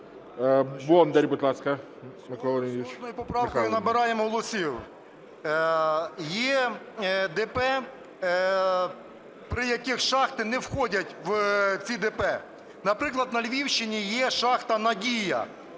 Є ДП, при яких шахти не входять у ці ДП. Наприклад, на Львівщині є шахта "Надія".